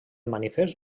manifest